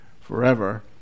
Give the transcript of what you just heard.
forever